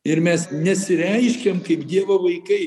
ir mes nesireiškiam kaip dievo vaikai